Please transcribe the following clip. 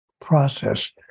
process